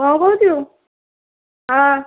କ'ଣ କହୁଛୁ ହଁ